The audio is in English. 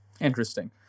Interesting